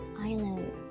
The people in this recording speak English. Island